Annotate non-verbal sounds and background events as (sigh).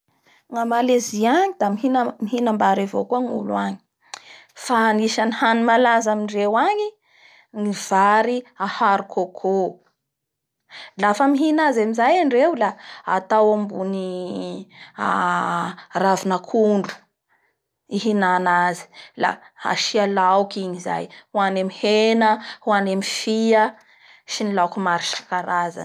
Gna Malezia agny da mihinambary avao koa ny olo any, fa anisany hany malaza amindreo agny ny vary aharo coco. Lafa mihina azy amizay andreo da atao ambony (hesitation) ravinankondro ihinana azy la asia laoky igny zay. Hany amin'ny hena, hany amin'ny fia sy (noise) ny laoky maro isakarazany.